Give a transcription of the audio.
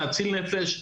להציל נפש,